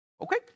okay